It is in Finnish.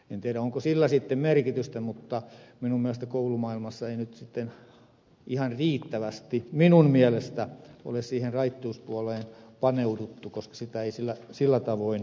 en tiedä onko sillä sitten merkitystä mutta minun mielestäni koulumaailmassa ei nyt sitten ihan riittävästi minun mielestäni ole siihen raittiuspuoleen paneuduttu koska sitä ei sillä tavoin arvosteta